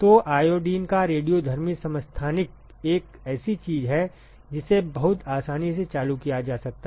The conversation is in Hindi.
तो आयोडीन का रेडियोधर्मी समस्थानिक एक ऐसी चीज है जिसे बहुत आसानी से चालू किया जा सकता है